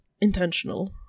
intentional